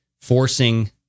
forcing